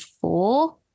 four